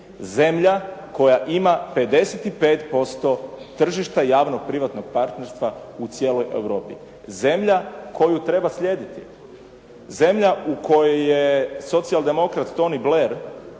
Zemlja koja ima 55% tržišta javno privatnog partnerstva u cijeloj Europi. Zemlja koju treba slijediti. Zemlja u kojoj je socijaldemokrat Tony Blair